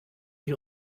die